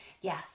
Yes